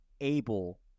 able